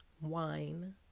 wine